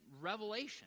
Revelation